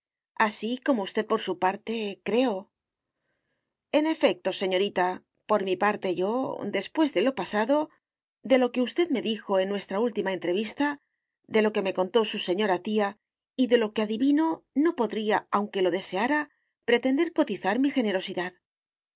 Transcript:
así como usted por su parte creo en efecto señorita por mi parte yo después de lo pasado de lo que usted me dijo en nuestra última entrevista de lo que me contó su señora tía y de lo que adivino no podría aunque lo deseara pretender cotizar mi generosidad